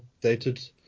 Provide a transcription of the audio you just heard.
dated